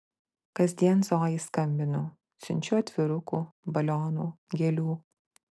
kasdien zojai skambinu siunčiu atvirukų balionų gėlių